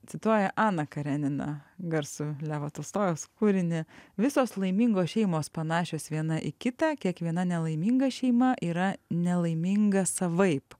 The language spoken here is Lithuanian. cituoja aną kareniną garsų levo tolstojaus kūrinį visos laimingos šeimos panašios viena į kitą kiekviena nelaiminga šeima yra nelaiminga savaip